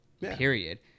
Period